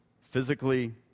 physically